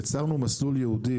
יצרנו מסלול ייעודי,